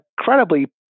incredibly